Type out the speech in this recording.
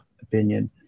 opinion